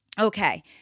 Okay